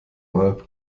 mal